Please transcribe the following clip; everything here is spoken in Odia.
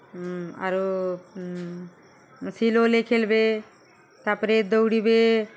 ଆରୁ ସିଲୋଲେଇ ଖେଲ୍ବେ ତା'ପରେ ଦୌଡ଼ିବେ